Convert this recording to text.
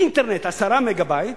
אינטרנט 10 מגה-בייט,